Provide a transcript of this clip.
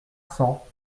cents